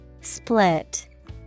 Split